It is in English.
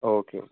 okay okay